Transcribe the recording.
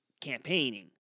campaigning